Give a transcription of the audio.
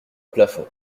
plafond